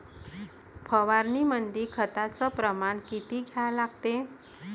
फवारनीमंदी खताचं प्रमान किती घ्या लागते?